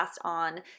on